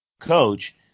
coach